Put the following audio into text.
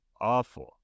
awful